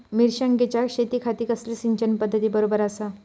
मिर्षागेंच्या शेतीखाती कसली सिंचन पध्दत बरोबर आसा?